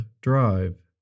drive